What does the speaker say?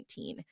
2019